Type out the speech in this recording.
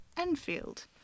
Enfield